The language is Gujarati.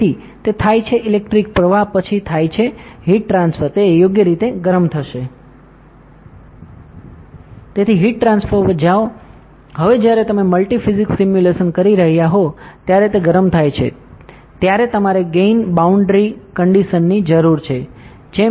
તેથી તે થાય છે ઇલેક્ટ્રિક પ્રવાહ પછી થાય છે હીટ ટ્રાન્સફર તે યોગ્ય રીતે ગરમ થશે તેથી હીટ ટ્રાન્સફર પર જાઓ હવે જ્યારે તમે મલ્ટિ ફિઝિક્સ સિમ્યુલેશન કરી રહ્યા હો ત્યારે તે ગરમ થાય છે ત્યારે તમારે ગેઇન બાઉન્ડ્રી કંડિશનની જરૂર છે